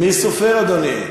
מי סופר, אדוני?